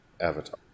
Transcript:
Avatar